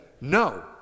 no